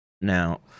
Now